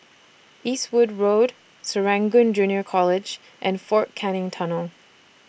Eastwood Road Serangoon Junior College and Fort Canning Tunnel